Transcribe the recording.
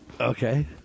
Okay